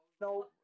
No